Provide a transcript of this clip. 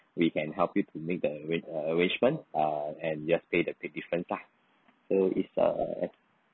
we can help you to make the arra~ arrangement ah and just pay the difference lah so it's a